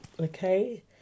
okay